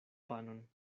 panon